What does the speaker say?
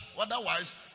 otherwise